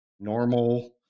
normal